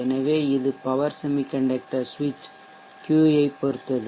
எனவே இது power semiconductor சுவிட்ச் Q ஐப் பொறுத்தது